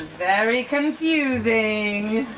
very confusing!